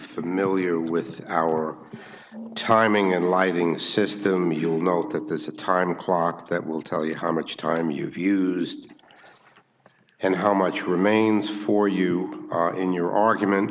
familiar with our timing and lighting system you will note that this is a time clock that will tell you how much time you've used and how much remains for you in your argument